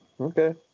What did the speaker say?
Okay